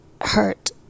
hurt